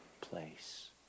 place